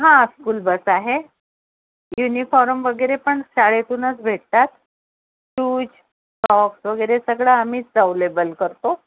हां school bus आहे uniform वगैरे पण शाळेतूनच भेटतात शूज सॉक्स वगैरे सगळं आम्हीच अव्हेलेबल करतो